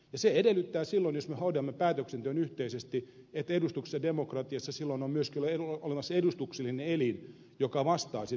se että me hoidamme päätöksenteon yhteisesti edellyttää että edustuksellisessa demokratiassa on myöskin olemassa edustuksellinen elin joka vastaa siitä päätöksenteosta